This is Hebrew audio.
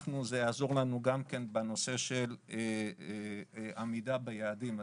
זה יעזור לנו גם כן בנושא של עמידה ביעדים.